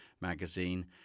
magazine